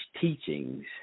teachings